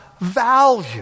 value